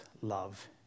love